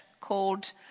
called